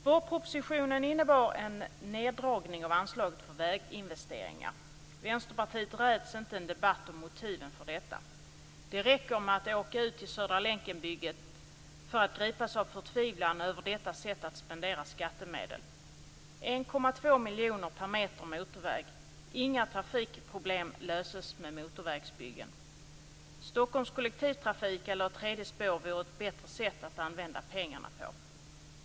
Vårpropositionen innebar en neddragning av anslaget för väginvesteringar. Vänsterpartiet räds inte en debatt om motiven för detta. Det räcker med att åka ut till Södra länken-bygget för att gripas av förtvivlan över detta sätt att spendera skattemedel. 1,2 miljoner kronor per meter motorväg! Inga trafikproblem löses med motorvägsbyggen. Stockholms kollektivtrafik eller ett tredje spår vore ett bättre sätt att använda pengarna på.